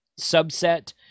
subset